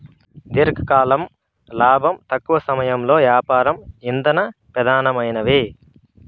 దీర్ఘకాలం లాబం, తక్కవ సమయంలో యాపారం ఇందల పెదానమైనవి